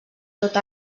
tot